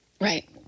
Right